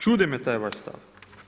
Čudi me taj vaš stav.